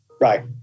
Right